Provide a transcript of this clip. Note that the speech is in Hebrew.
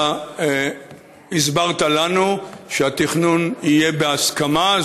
אתה הסברת לנו שהתכנון יהיה בהסכמה,